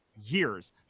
years